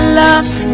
loves